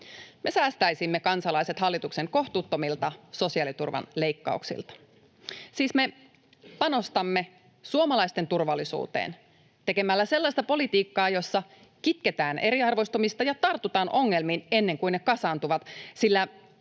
Me säästäisimme kansalaiset hallituksen kohtuuttomilta sosiaaliturvan leikkauksilta. Siis me panostamme suomalaisten turvallisuuteen tekemällä sellaista politiikkaa, jossa kitketään eriarvoistumista ja tartutaan ongelmiin ennen kuin ne kasaantuvat,